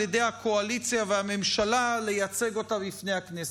ידי הקואליציה והממשלה לייצג אותה בפני הכנסת.